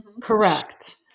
Correct